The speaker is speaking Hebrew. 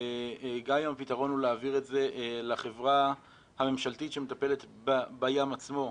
גם אם הפתרון הוא להעביר את זה לחברה הממשלתית שמטפלת בים עצמו,